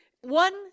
one